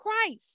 Christ